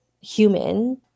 human